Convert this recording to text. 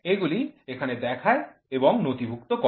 এগুলি এখানে দেখায় এবং নথিভুক্ত করে